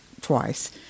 twice